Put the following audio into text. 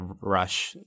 rush